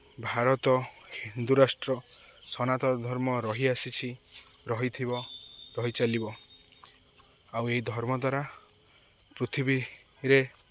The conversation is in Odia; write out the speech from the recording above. ଭାରତ ହିନ୍ଦୁରାଷ୍ଟ୍ର ସନାତନ ଧର୍ମ ରହିଆସିଛି ରହିଥିବ ରହିଚାଲିବ ଆଉ ଏହି ଧର୍ମ ଦ୍ୱାରା ପୃଥିବୀରେ